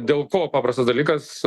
dėl ko paprastas dalykas